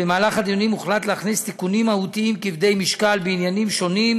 במהלך הדיונים הוחלט להכניס תיקונים מהותיים כבדי משקל בעניינים שונים,